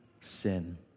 sin